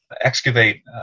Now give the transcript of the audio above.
excavate